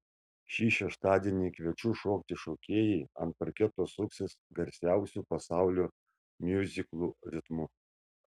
šį šeštadienį kviečiu šokti šokėjai ant parketo suksis garsiausių pasaulio miuziklų ritmu